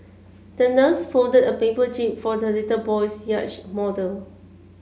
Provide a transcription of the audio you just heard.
the nurse folded a paper jib for the little boy's yacht model